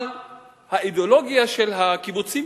האידיאולוגיה של הקיבוצים,